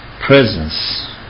presence